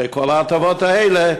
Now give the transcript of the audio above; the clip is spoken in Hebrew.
אחרי כל ההטבות האלה,